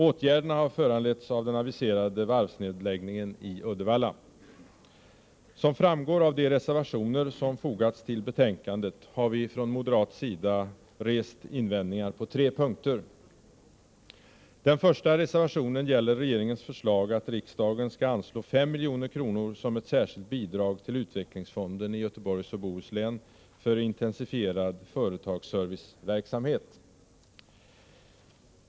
Åtgärderna har föranletts av den aviserade varvsnedläggningen i Uddevalla. Som framgår av de reservationer som fogats till betänkandet har vi från moderat sida rest invändningar på tre punkter. Den första reservationen gäller regeringens förslag att riksdagen skall anslå 5 milj.kr. som ett särskilt bidrag till utvecklingsfonden i Göteborgs och Bohus län för intensifierad företagsserviceverksamhet.